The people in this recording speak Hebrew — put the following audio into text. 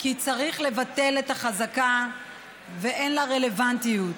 צריך לבטל את החזקה ואין לה רלוונטיות.